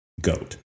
Goat